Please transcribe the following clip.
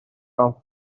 from